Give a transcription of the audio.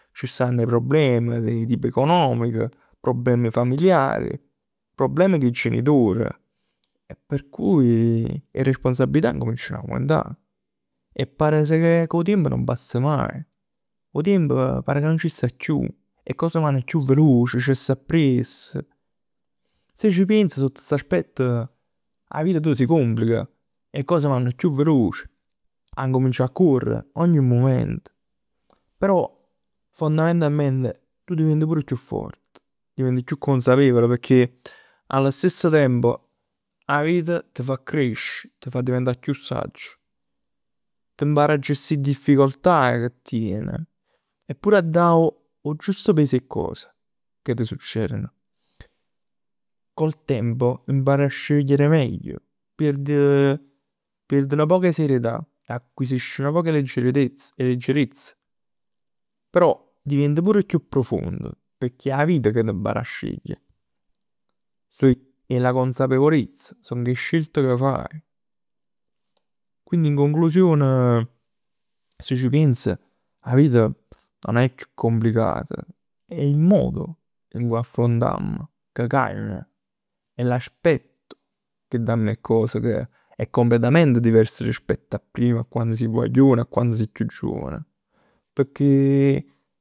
C' stann 'e problem di tipo economico, problemi familiari, problemi cu 'e genitor. Per cui 'e responsabilità accummenciano a aumentà. E pache che cu 'o tiemp nun passan maje. 'O tiemp pare ca nun c' sta chiù, 'e cose vanno chiù veloci, c' 'a sta appriess. Si ci piens a st'aspetto 'a vita si complica, 'e cose vanno chiù veloci, accummincià a correre ogni mumento. Però fondamentalment tu divient pur chiù forte, diventi chiù consapevole pecchè allo stesso tempo 'a vita t' fa crescere, t' fa diventà chiù saggio. T' impara a gestì 'e difficoltà che tien e pure a dà 'o giusto peso 'e cos ca t' succeren. Con il tempo impari a scegliere meglio. Pierd, pierd nu poc 'e serietà e acquisisci nu poc 'e leggerezz, 'e leggerezz. Però divient pur chiù profondo pecchè è 'a vita ca t' fa scegl. So 'e, è la consapevolezza, è la scelta ca faje. Quindi in conclusione si c' piens 'a vita nun è chiù complicat, è il modo in cui affrontamm ca cagna. È l'aspetto che da 'e cose, che è completamente diverso rispetto a prima, rispetto a quann si guaglion e quann t' faje chiù giovane. Pecchè